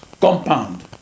compound